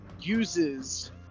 uses